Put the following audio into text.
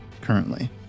currently